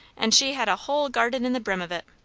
and she had a hull garden in the brim of it,